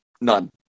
none